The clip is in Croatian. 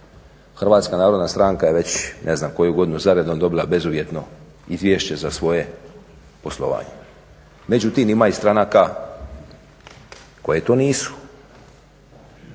Hrvatska narodna stranka je već ne znam koju godinu za redom dobila bezuvjetno izvješće za svoje poslovanje. Međutim, ima i stranaka koje to nisu.